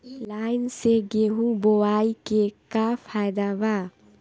Line से गेहूं बोआई के का फायदा बा?